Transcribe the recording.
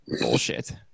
bullshit